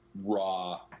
raw